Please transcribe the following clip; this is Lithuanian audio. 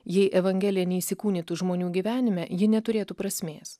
jei evangelija neįsikūnytų žmonių gyvenime ji neturėtų prasmės